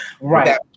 Right